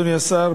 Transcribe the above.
אדוני השר,